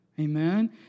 Amen